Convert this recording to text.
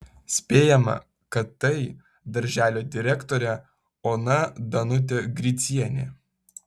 spėjama kad tai darželio direktorė ona danutė gricienė